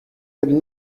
had